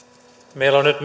meillä on nyt